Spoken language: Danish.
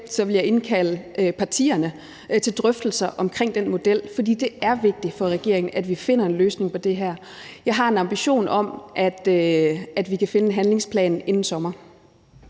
vil jeg indkalde partierne til drøftelser om den model, for det er vigtigt for regeringen, at vi finder en løsning på det her. Jeg har en ambition om, at vi kan finde en handlingsplan inden sommer.